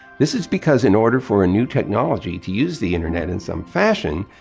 this is because in order for a new technology to use the internet in some fashion,